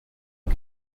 qui